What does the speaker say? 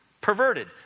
Perverted